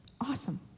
Awesome